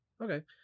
okay